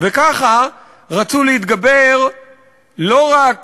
וככה רצו להתגבר לא רק